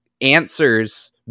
answers